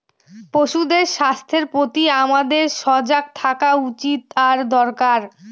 পশুদের স্বাস্থ্যের প্রতি আমাদের সজাগ থাকা উচিত আর দরকার